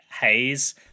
haze